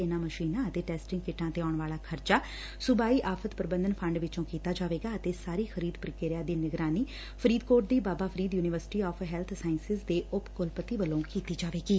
ਇਨ੍ਹਾਂ ਮਸ਼ੀਨਾਂ ਅਤੇ ਟੈਸਟਿੰਗ ਕਿੱਟਾਂ ਤੇ ਆਉਣ ਵਾਲਾ ਖਰਚਾ ਸੁਬਾਈ ਆਫ਼ਤ ਪ੍ਰਬੰਧਨ ਫੰਡ ਵਿੱਚੋ ਕੀਤਾ ਜਾਵੇਗਾ ਅਤੇ ਸਾਰੀ ਖਰੀਦ ਪ੍ਰਕਿਰਿਆ ਦੀ ਨਿਗਰਾਨੀ ਫਰੀਦਕੋਟ ਦੀ Baba Farid university of health ਸਾਇਸਿਜ਼ ਦੇ ਉਪ ਕੁਲਪਤੀ ਵੱਲੋਂ ਕੀਤੀ ਜਾਵੇਗੀ